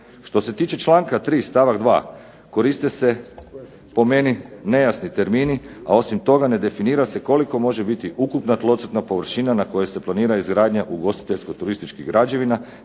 Što se tiče članka 3. stavak 2. koriste se po meni nejasni termini, a osim toga ne definira se koliko može biti ukupna tlocrtna površina na kojoj se planira izgradnja ugostiteljsko-turističkih građevina